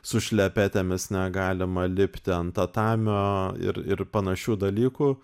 su šlepetėmis negalima lipti ant tatamio ir ir panašių dalykų